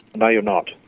no, you're not.